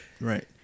Right